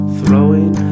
Throwing